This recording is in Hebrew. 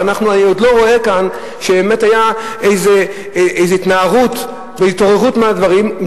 ואני עוד לא רואה כאן שהיו התנערות והתעוררות מהדברים,